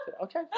Okay